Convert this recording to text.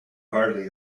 hardly